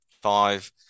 five